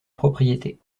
propriété